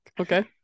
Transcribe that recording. Okay